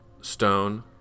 stone